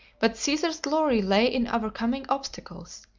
but caesar's glory lay in overcoming obstacles,